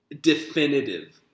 definitive